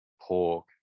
pork